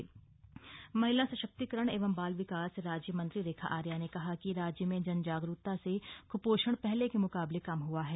पोषण रथ महिला सशक्तिकरण एवं बाल विकास राज्य मंत्री रेखा आर्य ने कहा है कि राज्य में जन जागरूकता से क्पोषण पहले के मुकाबले कम हआ है